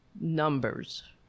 numbers